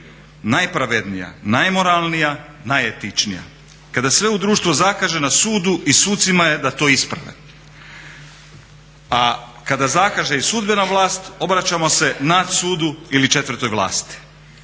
najpravednija, najmoralnija, najetičnija. Kada sve u društvu zakaže, na sudu i sucima je da to isprave. Kada zakaže i sudbena vlast obraćamo se nadsudu ili četvrtoj vlast,